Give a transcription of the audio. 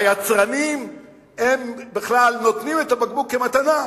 היצרנים בכלל נותנים את הבקבוק כמתנה.